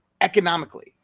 economically